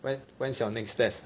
when when is your next test